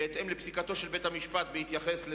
לגבי פסיקתו של בית-המשפט בהתייחס לדרומי.